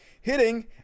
hitting